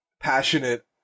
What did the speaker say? passionate